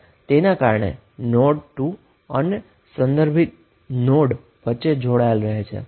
તેને કારણે જ તે નોડ 2 અને રેફેરન્સ નોડની વચ્ચે જોડાયેલ છે